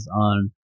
on